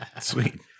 Sweet